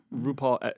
RuPaul